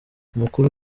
umukuru